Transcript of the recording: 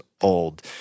old